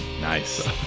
Nice